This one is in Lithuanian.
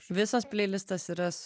visas plailistas yra